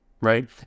right